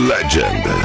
Legend